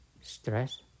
stress